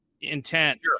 intent